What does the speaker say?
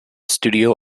studio